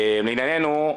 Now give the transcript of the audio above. לענייננו,